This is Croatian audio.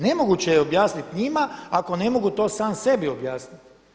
Nemoguće je objasniti njima ako ne mogu to sam sebi objasniti.